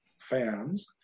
fans